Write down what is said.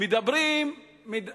בשפה